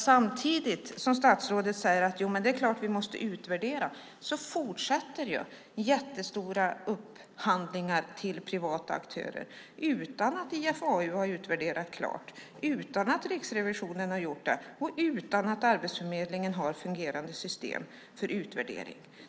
Samtidigt som statsrådet säger: Det är klart att vi måste utvärdera, fortsätter jättestora upphandlingar från privata aktörer utan att IFAU har utvärderat klart, utan att Riksrevisionen har gjort det och utan att Arbetsförmedlingen har fungerande system för utvärdering.